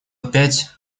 опять